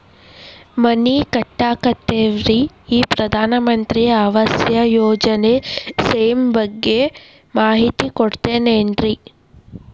ಮನಿ ಕಟ್ಟಕತೇವಿ ರಿ ಈ ಪ್ರಧಾನ ಮಂತ್ರಿ ಆವಾಸ್ ಯೋಜನೆ ಸ್ಕೇಮ್ ಬಗ್ಗೆ ಮಾಹಿತಿ ಕೊಡ್ತೇರೆನ್ರಿ?